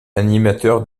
animateur